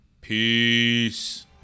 Peace